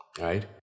right